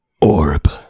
Orb